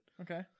Okay